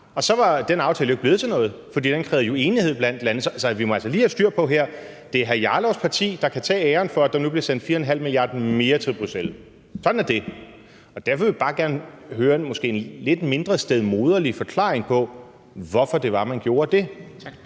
og så var den aftale ikke blevet til noget, for den krævede enighed blandt landene. Så vi må altså lige have styr på her, at det er hr. Rasmus Jarlovs parti, der kan tage æren for, at der nu bliver sendt 4,5 mia. kr. mere til Bruxelles. Sådan er det, og derfor vil vi bare gerne høre en måske lidt mindre stedmoderlig forklaring på, hvorfor det var, man gjorde det.